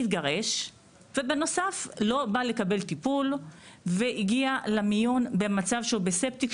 התגרש ובנוסף לא בא לקבל טיפול והגיע למיון במצב שהוא בשוק ספטי,